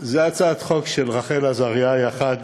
זו הצעת חוק של רחל עזריה יחד